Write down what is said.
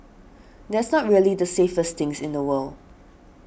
that's not really the safest thing in the world